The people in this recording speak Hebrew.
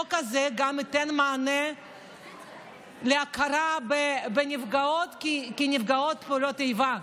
החוק הזה גם ייתן מענה להכרה בנפגעות כנפגעות פעולות איבה.